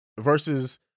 versus